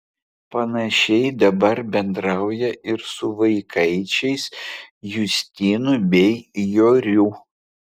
panašiai dabar bendrauja ir su vaikaičiais justinu bei joriu